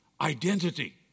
Identity